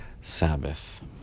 Sabbath